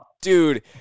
Dude